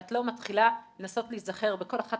ואת לא מתחילה לנסות להיזכר בכל אחת